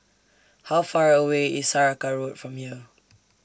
How Far away IS Saraca Road from here